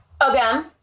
Again